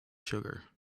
sugar